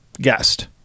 guest